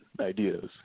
ideas